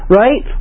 right